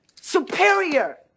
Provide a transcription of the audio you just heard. superior